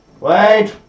Wait